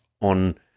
on